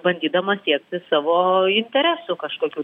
bandydamas siekti savo interesų kažkokių